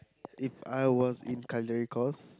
If I was in culinary course